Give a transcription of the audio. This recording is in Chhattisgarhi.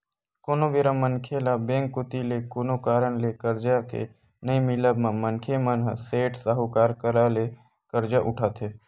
कोनो बेरा मनखे ल बेंक कोती ले कोनो कारन ले करजा के नइ मिलब म मनखे मन ह सेठ, साहूकार करा ले करजा उठाथे